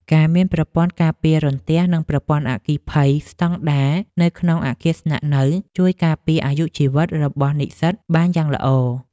ការមានប្រព័ន្ធការពាររន្ទះនិងប្រព័ន្ធអគ្គិភ័យស្តង់ដារនៅក្នុងអគារស្នាក់នៅ ជួយការពារអាយុជីវិតរបស់និស្សិតបានយ៉ាងល្អ។